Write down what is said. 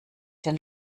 den